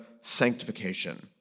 sanctification